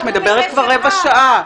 את מדברת כבר רבע שעה.